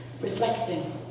reflecting